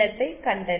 கண்டறியலாம்